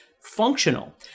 functional